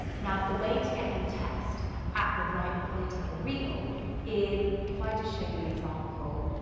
now, the way to get your text at the right point of the reel is if i just show you an example.